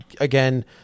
Again